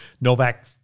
Novak